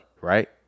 right